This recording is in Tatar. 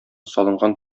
салынган